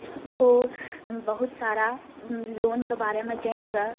ओ बहुत सारा लोनके बारेमे जानिकऽ